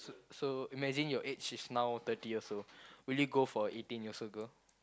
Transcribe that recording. so imagine your age is now thirty years old will you go for a eighteen years old girl